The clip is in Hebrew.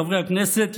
חברי הכנסת,